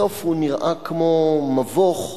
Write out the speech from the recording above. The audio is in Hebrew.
בסוף הוא נראה כמו מבוך.